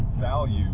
value